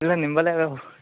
ಇಲ್ಲ ನಿಮ್ಮಲ್ಲೆ ಅದಾವೆ